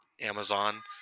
Amazon